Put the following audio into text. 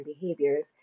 behaviors